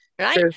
right